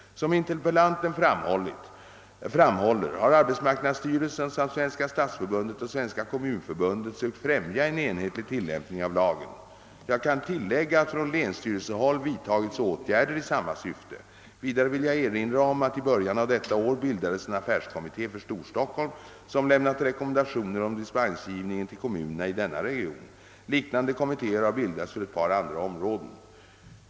Som ihterpellanten framhåller har arbetarskyddsstyrelsen samt Svenska stadsförbundet och Svenska kommunförbundet sökt främja en enhetlig tillämpning av lagen. Jag kan tillägga, att från länsstyrelsehåll vidtagits åtgärder i samma syfte. Vidare vill jag erinra om att i början av detta år bildades en affärstidskommitté för Stor Stockholm, som lämnat rekommendationer om dispensgivningen till kommunerna i denna region. Liknande kommittéer har bildats för ett par andra områden.